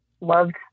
loved